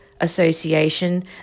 association